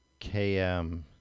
km